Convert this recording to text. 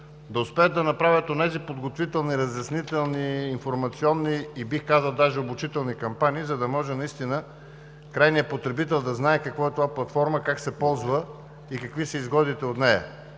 да успеят да направят онези подготвителни, разяснителни, информационни и, бих казал, даже обучителни кампании, за да може крайният потребител да знае какво е това платформа, как се ползва и какви са изгодите от нея.